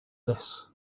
this